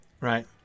right